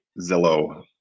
Zillow